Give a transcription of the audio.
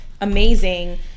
amazing